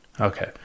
okay